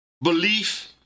belief